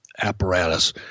apparatus